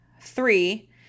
three